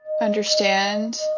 understand